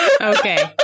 Okay